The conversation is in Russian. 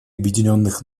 объединенных